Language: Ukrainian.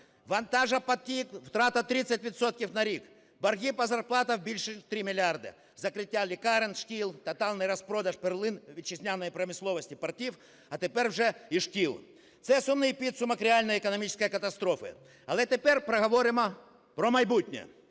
вантажопотік – втрата 30 відсотків на рік, борги по зарплаті – більше 3 мільярди, закриття лікарень, шкіл, тотальний розпродаж перлин вітчизняної промисловості – портів, а тепер вже і шкіл. Це сумний підсумок реальної економічної катастрофи. Але тепер поговоримо про майбутнє.